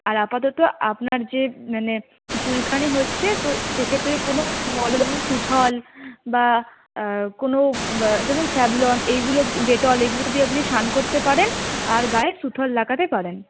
আর আপাতত আপনার যে মানে চুলকানি হচ্ছে তো সেক্ষেত্রে কোনো মলম সুথল বা কোনো যেমন স্যাভ্লন এইগুলো ডেটল এগুলো দিয়ে আপনি স্নান করতে পারেন আর গায়ে সুথল লাগাতে পারেন